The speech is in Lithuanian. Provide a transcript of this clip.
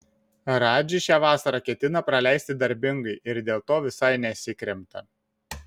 radži šią vasarą ketina praleisti darbingai ir dėl to visai nesikremta